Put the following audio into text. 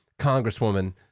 congresswoman